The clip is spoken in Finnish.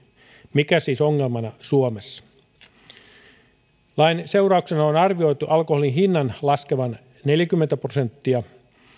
mikä siis ongelmana suomessa lain seurauksena on arvioitu alkoholin hinnan laskevan neljäkymmentä prosenttia